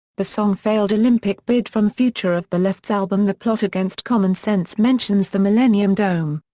the song failed olympic bid from future of the left's album the plot against common sense mentions the millennium dome.